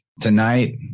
tonight